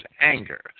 anger